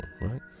right